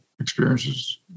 experiences